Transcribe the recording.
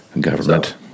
Government